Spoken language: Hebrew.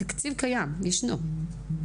התקציב קיים, ישנו.